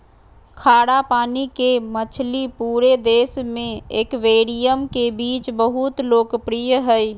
खारा पानी के मछली पूरे देश में एक्वेरियम के बीच बहुत लोकप्रिय हइ